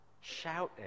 shouting